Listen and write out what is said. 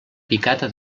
picada